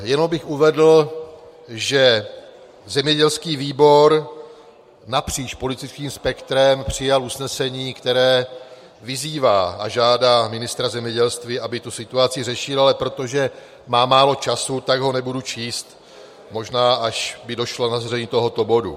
Jenom bych uvedl, že zemědělský výbor napříč politickým spektrem přijal usnesení, které vyzývá a žádá ministra zemědělství, aby situaci řešil, ale protože mám málo času, tak ho nebudu číst, možná až by došlo na zařazení tohoto bodu.